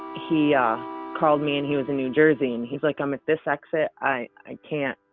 he yeah called me and he was in new jersey and he's like, i'm at this exit. i i can't,